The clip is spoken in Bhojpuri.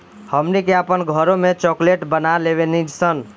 हमनी के आपन घरों में चॉकलेट बना लेवे नी सन